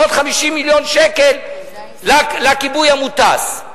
ועוד 50 מיליון שקל לכיבוי המוטס,